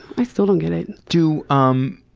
i still don't get it. do um